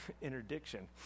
interdiction